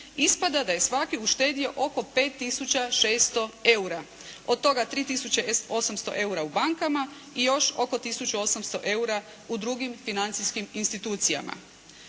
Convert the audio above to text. ispada da je svaki uštedio oko 5 tisuća 600 eura, od toga 3 tisuće 800 eura u bankama i još oko tisuću 800 eura u drugim financijskim institucijama.